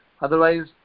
Otherwise